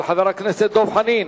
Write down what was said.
של חבר הכנסת דב חנין: